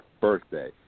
birthday